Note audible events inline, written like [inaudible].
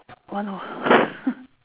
one o~ [laughs]